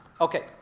Okay